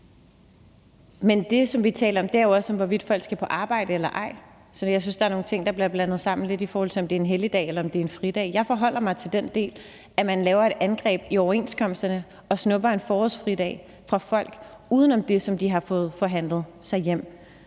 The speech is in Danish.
Det, som vi taler om, er jo også, hvorvidt folk skal på arbejde eller ej. Så jeg synes, at der er nogle ting, der bliver blandet lidt sammen, i forhold til om det er en helligdag eller en fridag. Jeg forholder mig til den del, hvor man laver et angreb i overenskomsterne og snupper en forårsfridag fra folk uden om det, som de har fået forhandlet hjem.